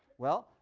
well,